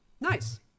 Nice